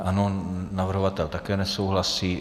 Ano, navrhovatel také nesouhlasí.